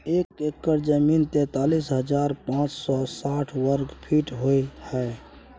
एक एकड़ जमीन तैंतालीस हजार पांच सौ साठ वर्ग फुट होय हय